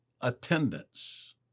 attendance